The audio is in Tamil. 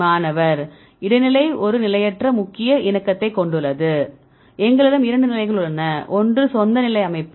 மாணவர் இடைநிலை ஒரு நிலையற்ற முக்கிய இணக்கத்தைக் கொண்டுள்ளது எங்களிடம் 2 நிலைகள் உள்ளன ஒன்று சொந்த நிலை அமைப்பு